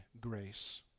grace